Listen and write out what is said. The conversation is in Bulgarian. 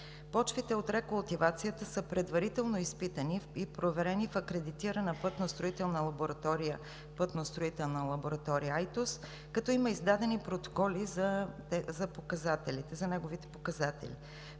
Почвите от рекултивацията са предварително изпитани и проверени в Акредитирана пътна строителна лаборатория – Айтос, като има издадени протоколи за показателите.